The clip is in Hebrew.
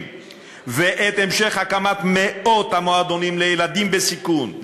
ואת המשך הקמת מאות המועדונים לילדים בסיכון,